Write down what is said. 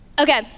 Okay